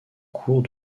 cours